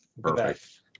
Perfect